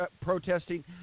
protesting